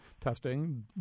testing